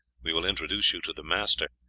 we will introduce you to the master,